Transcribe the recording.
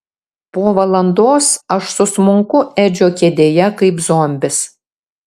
po valandos aš susmunku edžio kėdėje kaip zombis